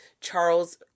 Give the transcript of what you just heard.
Charles